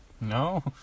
No